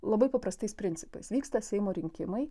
labai paprastais principais vyksta seimo rinkimai